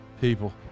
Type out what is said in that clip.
people